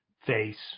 face